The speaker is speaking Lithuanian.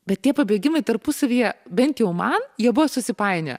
bet tie pabėgimai tarpusavyje bent jau man jie buvo susipainioję